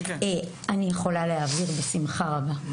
אני יכולה להעביר בשמחה רבה.